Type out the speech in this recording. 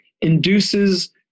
induces